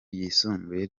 ryisumbuye